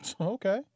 Okay